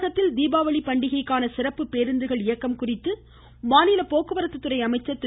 தமிழகத்தில் தீபாவளி பண்டிகைக்கான சிறப்பு பேருந்துகள் இயக்கம் குறித்து போக்குவரத்து துறை அமைச்சர் திரு